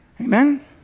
amen